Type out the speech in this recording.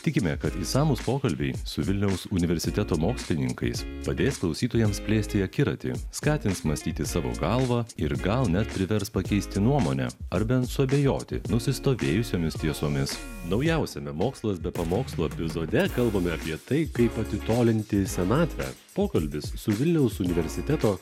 tikime kad išsamūs pokalbiai su vilniaus universiteto mokslininkais padės klausytojams plėsti akiratį skatins mąstyti savo galva ir gal net privers pakeisti nuomonę ar bent suabejoti nusistovėjusiomis tiesomis naujausiame mokslas be pamokslų epizode kalbame apie tai kaip atitolinti senatvę pokalbis su vilniaus universiteto